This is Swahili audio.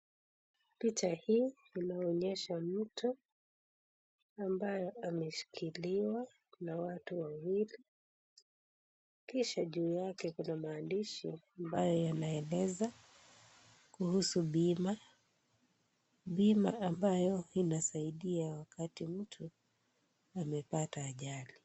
Picha hii inaonyesha mtu ambaye ameshikiliwa na watu wawili kisha juu yake kuna maandishi ambayo yameeleza kuhusu bima. Bima ambayo inasaidia wakati mtu amepata ajali.